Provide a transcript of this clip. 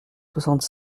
soixante